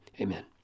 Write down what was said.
Amen